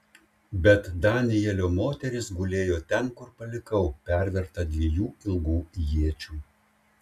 bet danielio moteris gulėjo ten kur palikau perverta dviejų ilgų iečių